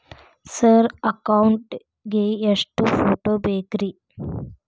Sir account ಗೇ ಎಷ್ಟು photo ಬೇಕ್ರಿ?